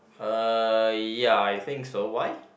uh ya I think so why